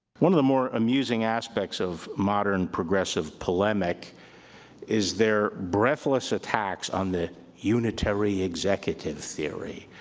one of the more amusing aspects of modern, progressive polemic is their breathless attacks on the unitary executive theory.